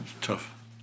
Tough